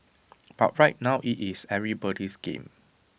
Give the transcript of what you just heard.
but right now IT is everybody's game